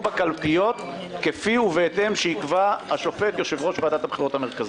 בקלפיות כפי ובהתאם שיקבע השופט יושב-ראש ועדת הבחירות המרכזית.